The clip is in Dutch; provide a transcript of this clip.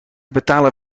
betalen